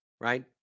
right